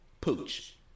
pooch